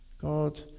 God